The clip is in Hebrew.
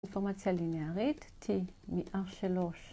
‫אינפורמציה לינארית, T מ-R3.